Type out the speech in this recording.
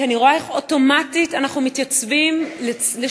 כי אני רואה איך אוטומטית אנחנו מתייצבים משני